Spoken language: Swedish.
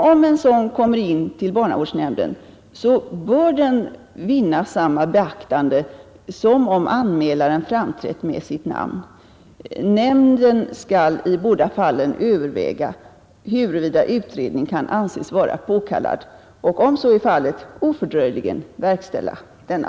Om en sådan kommer Nr 51 in till barnavårdsnämnden, bör den vinna samma beaktande som om anmälaren framträtt med sitt namn. Nämnden skall i båda fallen överväga huruvida utredning kan anses vara påkallad och om så är fallet ofördröjligen verkställa denna.